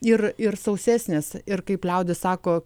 ir ir sausesnės ir kaip liaudis sako